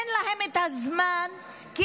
אין להן את הזמן להתכונן למשמרת הבאה,